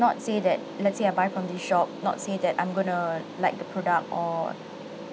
not say that lets say I buy from this shop not say that I'm going to like the product or